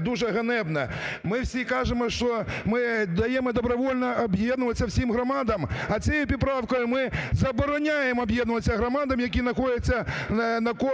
дуже ганебна. Ми всі кажемо, що ми даємо добровільно об'єднуватися всім громадам, а цією поправкою ми забороняємо об'єднуватися громадам, які знаходяться навколо